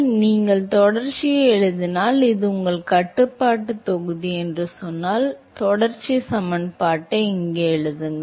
எனவே நீங்கள் தொடர்ச்சியை எழுதினால் இது உங்கள் கட்டுப்பாட்டு தொகுதி என்று சொன்னால் உங்கள் தொடர்ச்சி சமன்பாட்டை இங்கே எழுதுங்கள்